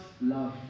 love